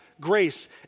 grace